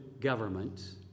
government